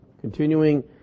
continuing